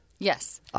Yes